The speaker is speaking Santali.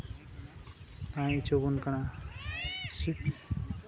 ᱛᱟᱦᱮᱸ ᱦᱚᱪᱚᱣᱟᱵᱚᱱ ᱠᱟᱱᱟ ᱥᱮ